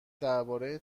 درباره